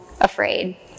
afraid